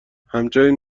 همچنین